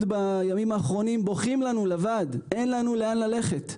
בימים האחרונים הם בוכים לוועד שאין להם לאן ללכת.